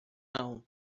não